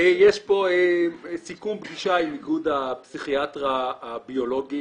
יש פה סיכום פגישה עם איגוד הפסיכיאטריה הביולוגית,